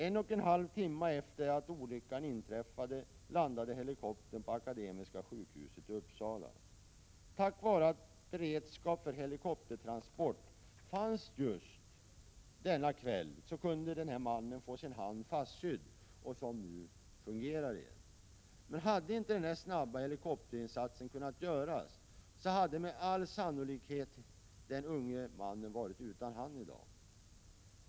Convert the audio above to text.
En och en halv timme efter det att olyckan inträffade landade helikoptern på Akademiska sjukhuset i Uppsala. Tack vare att beredskap för helikoptertransport fanns just denna kväll, kunde mannen få sin hand fastsydd, och den fungerar nu igen. Men hade inte denna snabba helikopterinsats kunnat göras, hade med all sannolikhet den unge mannen varit utan sin hand i dag.